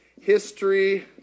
History